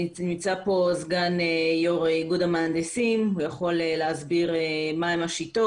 נמצא פה סגן יו"ר איגוד המהנדסים שיוכל להסביר מהם השיטות.